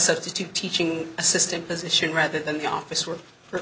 substitute teaching assistant position rather than the office or